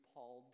Paul